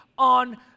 on